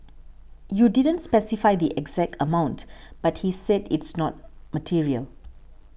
you didn't specify the exact amount but he said it's not material